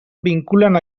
vinculen